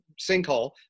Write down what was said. sinkhole